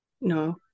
no